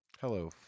Hello